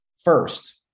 First